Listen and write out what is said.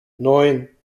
neun